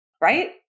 right